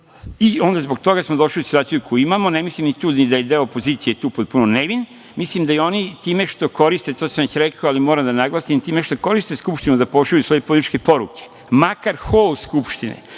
uverenju. Zbog toga smo došli u situaciju koju imamo. Ne mislim ni tu da je deo opozicije potpuno nevin. Mislim da oni time što koriste, to sam već rekao, ali moram da naglasim, Skupštinu da pošalju svoje političke poruke, makar hol Skupštine,